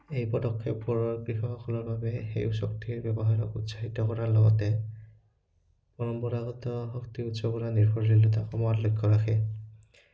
এই পদক্ষেপবোৰৰ কৃষকসকলৰ বাবে সেউজ শক্তিৰ ব্যৱহাৰক উৎসাহিত কৰাৰ লগতে পৰম্পৰাগত শক্তি উৎসৱ নিৰ্ভৰশীলতা কমাৰ লক্ষ্য ৰাখে